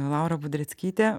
laura budreckytė